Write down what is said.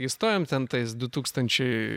įstojom ten tais du tūkstančiai